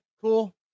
cool